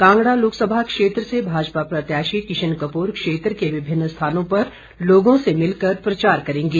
कांगड़ा लोकसभा क्षेत्र से भाजपा प्रत्याशी किशन कप्र क्षेत्र के विभिन्न स्थानों पर लोगों से मिलकर प्रचार करेंगे